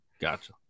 Gotcha